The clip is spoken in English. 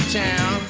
town